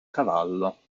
cavallo